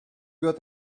got